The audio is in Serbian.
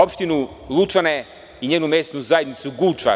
Opština Lučani i njena mesna zajednica Guča.